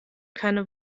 keine